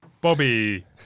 Bobby